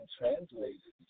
translated